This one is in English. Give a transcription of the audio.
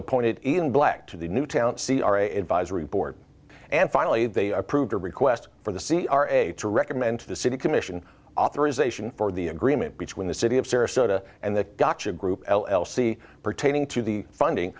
appointed ian black to the new town c r a advisory board and finally they approved a request from the c r a to recommend to the city commission authorization for the agreement between the city of sarasota and the gotcha group l l c pertaining to the funding